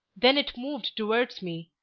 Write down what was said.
then it moved towards me,